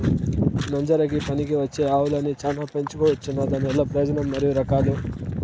నంజరకి పనికివచ్చే ఆవులని చానా పెంచుకోవచ్చునా? దానివల్ల ప్రయోజనం మరియు రకాలు?